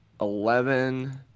eleven